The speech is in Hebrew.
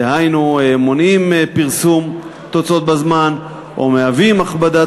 דהיינו מונעות פרסום תוצאות בזמן או מהוות הכבדה